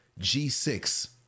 G6